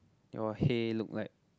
your hay look like